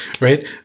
right